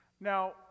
Now